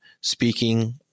speaking